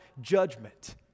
judgment